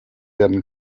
werden